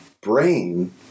brain